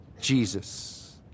jesus